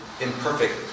imperfect